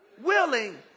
willing